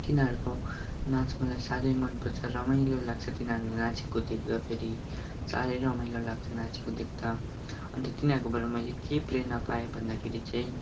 तिनीहरूको नाच मलाई साह्रै मनपर्छ रमाइलो लाग्छ तिनीहरू नाचेको देख्दाखेरि साह्रै रमाइलो लाग्छ नाचेको देख्दा अन्त तिनीहरूकोबाट मेले के प्रेरणा पाएँ भन्दाखेरि चाहिँ